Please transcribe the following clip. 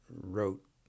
wrote